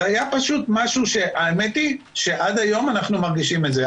זה היה פשוט משהו שהאמת היא שעד היום אנחנו מרגישים את זה.